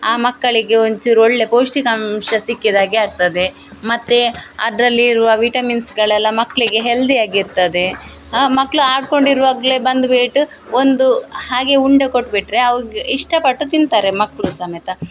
ಆ ಮಕ್ಕಳಿಗೆ ಒಂಚೂರು ಒಳ್ಳೆಯ ಪೌಷ್ಟಿಕಾಂಶ ಸಿಕ್ಕಿದಾಗೆ ಆಗ್ತದೆ ಮತ್ತು ಅದರಲ್ಲಿರುವ ವಿಟಮಿನ್ಸ್ಗಳೆಲ್ಲ ಮಕ್ಕಳಿಗೆ ಹೆಲ್ದಿಯಾಗಿರ್ತದೆ ಆ ಮಕ್ಳು ಆಡಿಕೊಂಡಿರುವಾಗ್ಲೆ ಬಂದುಬಿಟ್ಟು ಒಂದು ಹಾಗೆ ಉಂಡೆ ಕೊಟ್ಟು ಬಿಟ್ಟರೆ ಅವ್ರ್ಗೆ ಇಷ್ಟಪಟ್ಟು ತಿಂತಾರೆ ಮಕ್ಕಳು ಸಮೇತ